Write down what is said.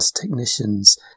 Technicians